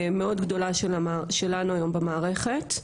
גדולה שלנו היום במערכת,